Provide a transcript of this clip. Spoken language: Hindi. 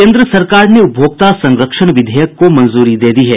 केन्द्र सरकार ने उपभोक्ता संरक्षण विधेयक को मंजूरी दे दी है